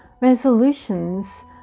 resolutions